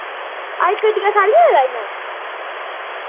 अज्ज गड्डियां सारियां चला दि'यां